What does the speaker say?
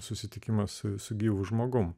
susitikimas su gyvu žmogumi